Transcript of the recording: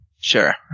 Sure